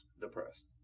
depressed